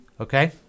Okay